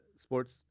sports